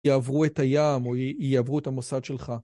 יעברו את הים או יעברו את המוסד שלך.